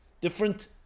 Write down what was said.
different